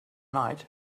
night